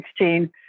2016